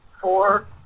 four